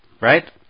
right